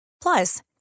Plus